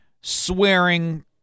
swearing